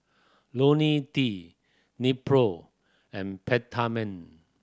Ionil T Nepro and Peptamen